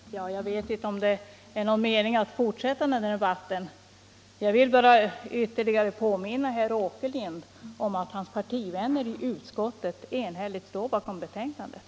Fru talman! Jag vet inte om det är någon mening med att fortsätta denna debatt. Jag vill bara ytterligare påminna herr Åkerlind om att hans partivänner i utskottet enhälligt står bakom betänkandet.